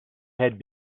had